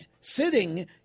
sitting